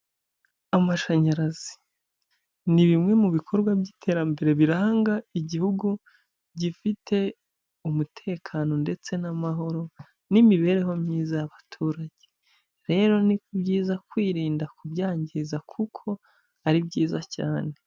Amashanyarazi ni bimwe mu bikorwa by'iterambere biranga igihugu gifite umutekano ndetse n'amahoro n'imibereho myiza y'abaturage. Rero ni byiza kwirinda kubyangiza kuko ari byiza cyane.